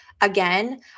Again